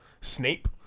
Snape